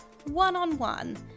one-on-one